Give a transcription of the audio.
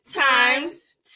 Times